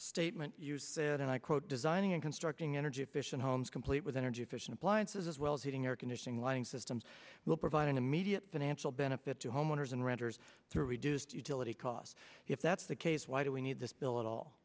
statement you said and i quote designing constructing energy efficient homes complete with energy efficient appliances as well as heating air conditioning lying systems will provide an immediate financial benefit to homeowners and renters to reduce utility costs if that's the case why do we need this bill at all